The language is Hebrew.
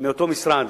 מאותו משרד